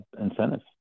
incentives